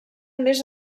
més